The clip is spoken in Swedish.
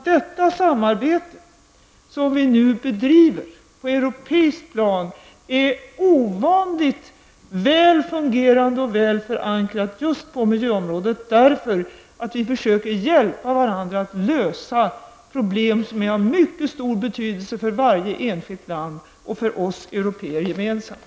Detta samarbete som vi nu bedriver på europeiskt plan är ovanligt väl fungerande och väl förankrat just på miljöområdet, därför att vi försöker hjälpa varandra att lösa problem som är av mycket stor betydelse för varje enskilt land och för oss européer gemensamt.